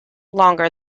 longer